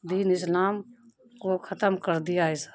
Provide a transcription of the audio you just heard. دین اسلام کو ختم کر دیا ایسا